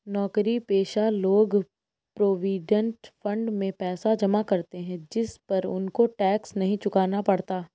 नौकरीपेशा लोग provident fund में पैसा जमा करते है जिस पर उनको टैक्स नहीं चुकाना पड़ता